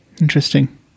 Interesting